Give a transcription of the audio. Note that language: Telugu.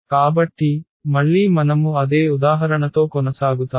కాబట్టి మళ్ళీ మనము అదే ఉదాహరణతో కొనసాగుతాము